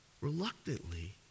reluctantly